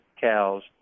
cows